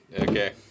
Okay